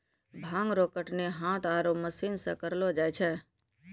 भांग रो कटनी हाथ आरु मशीन से करलो जाय छै